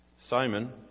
Simon